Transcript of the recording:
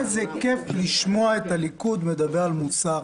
איזה כיף לשמוע את הליכוד מדבר על מוסר,